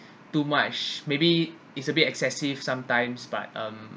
too mush maybe it's a bit excessive sometimes but um